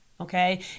Okay